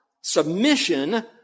submission